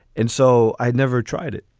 and so i never tried it.